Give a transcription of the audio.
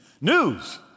News